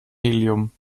helium